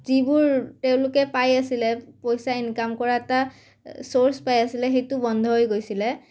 যিবোৰ তেওঁলোকে পাই আছিলে পইচা ইনকাম কৰা এটা চ'ৰ্চ পাই আছিলে সেইটো বন্ধ হৈ গৈছিলে